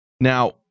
Now